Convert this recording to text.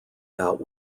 bout